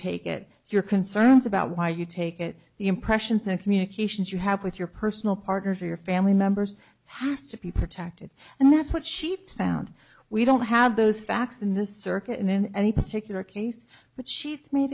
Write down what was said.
take it your concerns about why you take it the impressions and communications you have with your personal partners or your family members has to be protected and that's what she found we don't have those facts in the circuit and in any particular case but she's made